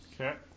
Okay